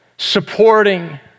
Supporting